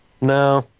No